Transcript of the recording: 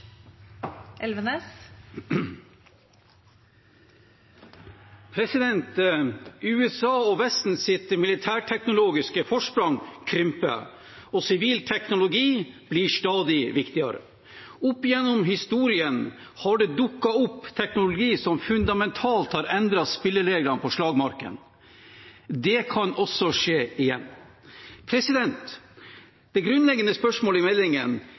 utvikling. USA og Vestens militærteknologiske forsprang krymper, og sivil teknologi blir stadig viktigere. Opp gjennom historien har det dukket opp teknologi som fundamentalt har endret spillereglene på slagmarken. Det kan også skje igjen. Det grunnleggende spørsmålet i